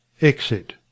Exit